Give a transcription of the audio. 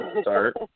start